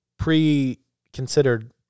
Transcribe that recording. pre-considered